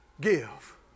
give